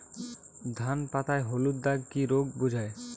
ধান পাতায় হলুদ দাগ কি রোগ বোঝায়?